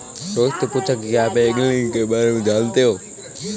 रोहित ने पूछा कि क्या आप एंगलिंग के बारे में जानते हैं?